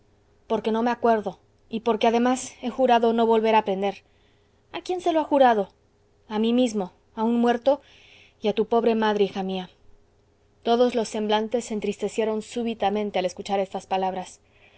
porque no me acuerdo y porque además he jurado no volver a aprender a quién se lo ha jurado a mí mismo a un muerto y a tu pobre madre hija mía todos los semblantes se entristecieron súbitamente al escuchar estas palabras